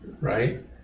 Right